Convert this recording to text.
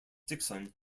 dickson